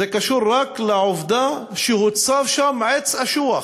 זה קשור רק לעובדה שהוצב שם עץ אשוח.